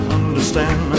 understand